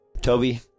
Toby